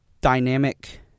dynamic –